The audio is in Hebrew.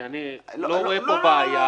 כי אני לא רואה פה בעיה,